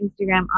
Instagram